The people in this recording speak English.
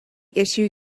issue